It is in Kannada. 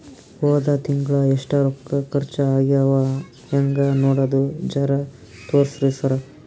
ಹೊದ ತಿಂಗಳ ಎಷ್ಟ ರೊಕ್ಕ ಖರ್ಚಾ ಆಗ್ಯಾವ ಹೆಂಗ ನೋಡದು ಜರಾ ತೋರ್ಸಿ ಸರಾ?